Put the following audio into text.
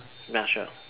ya sure